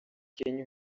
kenya